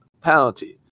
penalty